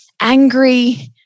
angry